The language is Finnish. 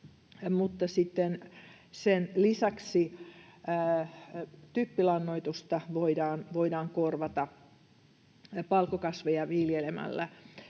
sen lisäksi typpilannoitusta voidaan korvata palkokasveja viljelemällä.